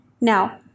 now